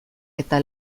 eta